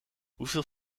hoeveel